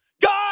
God